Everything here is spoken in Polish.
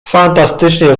fantastycznie